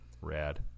rad